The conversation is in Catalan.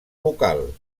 local